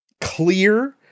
clear